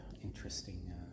interesting